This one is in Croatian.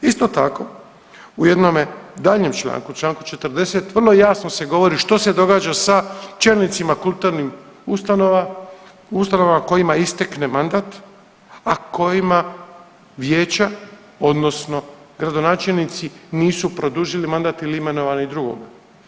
Isto tako u jednome daljnjem članku u čl. 40. vrlo jasno se govori što se događa sa čelnicima kulturnih ustanova, ustanova kojima istekne mandat, a kojima vijeća odnosno gradonačelnici nisu produžili mandat ili imenovali drugog.